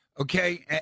Okay